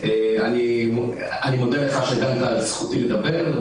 מודה לך שהגנת על זכותי לדבר.